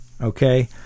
okay